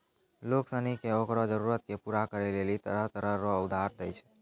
लोग सनी के ओकरो जरूरत के पूरा करै लेली तरह तरह रो उधार दै छै